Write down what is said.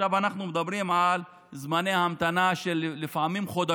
עכשיו אנחנו מדברים על זמני המתנה של חודשים,